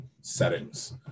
settings